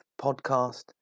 podcast